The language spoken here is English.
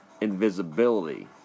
invisibility